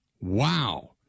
Wow